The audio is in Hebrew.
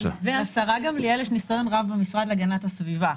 לשרה גמליאל יש ניסיון רב במשרד להגנת הסביבה,